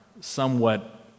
somewhat